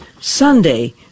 Sunday